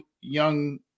young